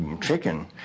chicken